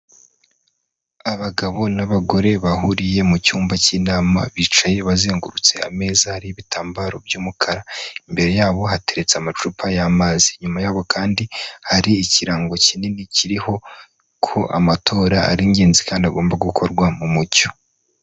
Abagabo n'abagore bahuriye mu cyumba cy'inama, bicaye bazengurutse ameza ariho ibitambaro by'umukara, imbere yabo hateretse amacupa y'amazi, inyuma yabo kandi hari ikirango kinini kiriho ko amatora ari ingenzi kandi agomba gukorwa mu mucyo.